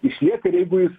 išlieka ir jeigu jis